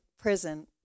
prison